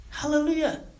Hallelujah